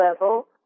level